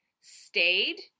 stayed